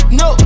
no